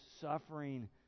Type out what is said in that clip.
suffering